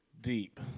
Deep